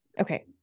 Okay